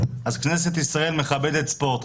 אז כנסת ישראל מכבדת ספורט,